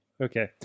okay